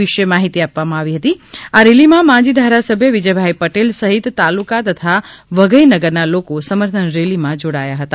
વિષે માહીતી આપવામાં આવી હતી આ રેલીમાં માજી ધારાસભ્ય વિજયભાઇ પટેલ સહિત તાલુકા તથા વઘઇ નગરના લોકો સમર્થન રેલીમાં જોડાયા હતા